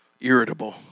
irritable